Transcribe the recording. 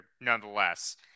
nonetheless